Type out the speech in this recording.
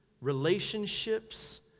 relationships